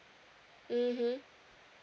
mmhmm